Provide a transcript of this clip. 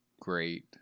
great